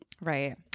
right